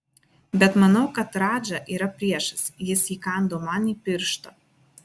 bet manau kad radža yra priešas jis įkando man į pirštą